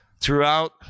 throughout